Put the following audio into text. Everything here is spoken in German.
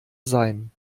sein